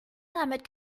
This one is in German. damit